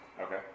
Okay